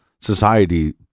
society